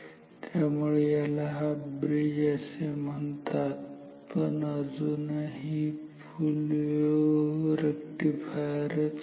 त्यामुळे याला half bridge असे म्हणतात पण अजूनही हा फुल वेव्ह रेक्टिफायर आहे